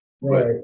right